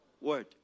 Word